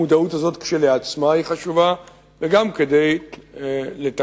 המודעות הזאת חשובה כשלעצמה, וגם כדי לתקן,